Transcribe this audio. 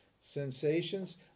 sensations